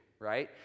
right